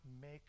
make